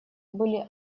были